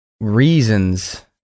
reasons